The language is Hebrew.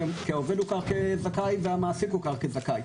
כי העובד הוכר כזכאי והמעסיק יוכר כזכאי,